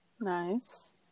nice